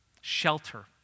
shelter